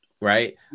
right